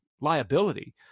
liability